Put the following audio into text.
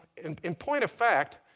and in point of fact,